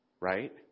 right